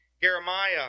Jeremiah